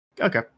Okay